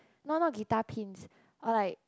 not not guitar pins or like